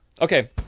Okay